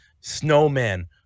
Snowman